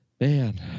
man